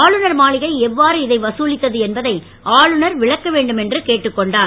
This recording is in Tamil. ஆளுநர் மாளிகை எவ்வாறு இதை வதுலித்தது என்பதை ஆளுநர் விளக்க வேண்டும் என்று கேட்டுக் கொண்டார்